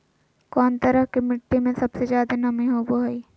कौन तरह के मिट्टी में सबसे जादे नमी होबो हइ?